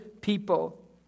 people